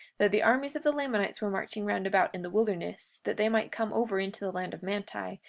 that the armies of the lamanites were marching round about in the wilderness, that they might come over into the land of manti,